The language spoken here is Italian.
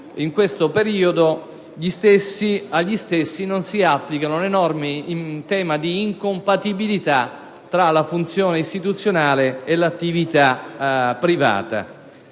considerato agli stessi non si applicano le norme in tema di incompatibilità tra la funzione istituzionale e l'attività privata.